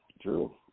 True